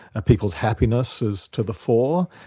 and people's happiness is to the fore,